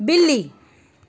ਬਿੱਲੀ